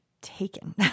taken